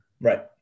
Right